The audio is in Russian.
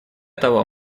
того